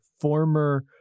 former